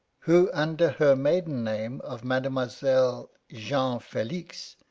who, under her maiden name of mademoiselle jeanne felix,